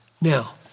now